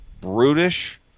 brutish